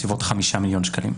בסביבות חמישה מיליון שקלים.